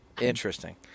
Interesting